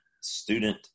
student